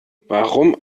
warum